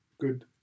good